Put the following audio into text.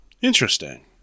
Interesting